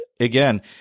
again